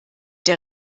der